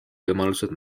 võimalused